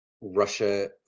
Russia